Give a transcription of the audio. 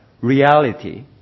reality